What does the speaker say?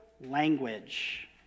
language